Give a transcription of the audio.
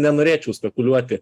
nenorėčiau spekuliuoti